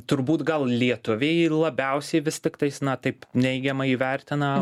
turbūt gal lietuviai labiausiai vis tiktais na taip neigiamai įvertina